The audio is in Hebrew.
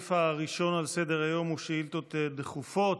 הסעיף הראשון על סדר-היום הוא שאילתות דחופות.